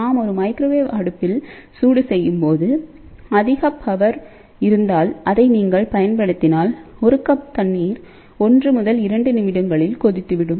நாம் ஒரு மைக்ரோவேவ் அடுப்பில் சூடு செய்யும்போது அதிகபவர் இருந்தால் அதை நீங்கள் பயன்படுத்தினால் ஒரு கப் தண்ணீர் 1 முதல் 2 நிமிடங்களில் கொதித்துவிடும்